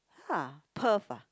!huh! Perth ah